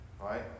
right